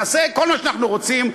נעשה כל מה שאנחנו רוצים,